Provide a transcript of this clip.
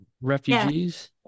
refugees